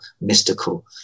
mystical